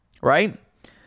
right